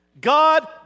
God